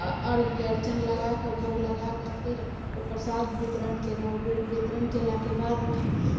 अर्घके अर्चन लगा कऽ भोग लगा कऽ फिर ओ प्रसाद वितरणके आ ओ वितरण कयलाके बादमे